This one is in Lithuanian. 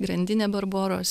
grandinė barboros